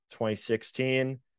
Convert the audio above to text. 2016